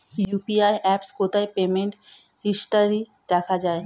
UPI অ্যাপে কোথায় payment history দেখা যায়?